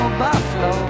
buffalo